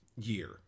year